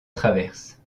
traverse